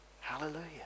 Hallelujah